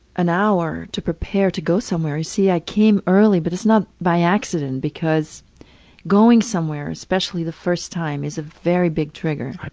an hour to prepare to go somewhere. you see, i came early, but it's by accident because going somewhere, especially the first time, is a very big trigger. i